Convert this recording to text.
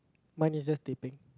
mine is just teh peng